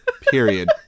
Period